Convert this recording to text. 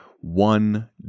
one